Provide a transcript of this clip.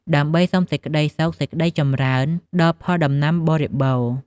ដើម្បី សុំសេចក្តីសុខ សេចក្តីចម្រើន ដល់ផលដំណាំបរិបូរណ៍។